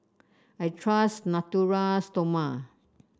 I trust Natura Stoma